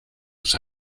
tus